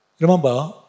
Remember